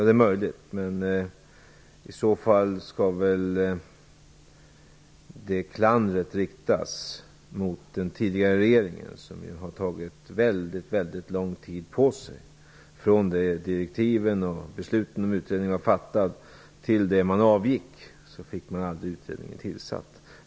Det är möjligt, men i så fall skall väl det klandret riktas mot den tidigare regeringen, som har tagit väldigt lång tid på sig. Från det att besluten om utredningen fattades och direktiven utformades till det att man avgick fick man aldrig utredningen tillsatt.